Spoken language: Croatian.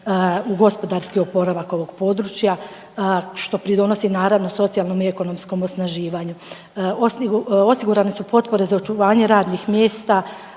u gospodarski oporavak ovog područja što pridonosi naravno socijalnom i ekonomskom osnaživanju. Osigurane su potpore za očuvanje radnih mjesta,